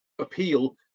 appeal